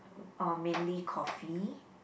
uh mainly coffee